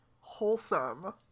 wholesome